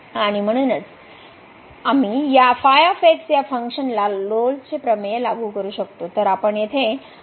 आणि म्हणूनच आम्ही या या फंक्शनला रोल्सचे प्रमेय लागू करू शकतो